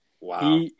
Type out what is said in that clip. Wow